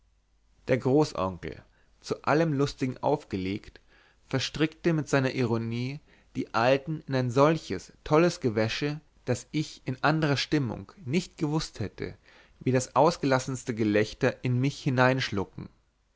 der großonkel zu allem lustigen aufgelegt verstrickte mit seiner ironie die alten in ein solches tolles gewäsche daß ich in anderer stimmung nicht gewußt hätte wie das ausgelassenste gelächter in mich hineinschlucken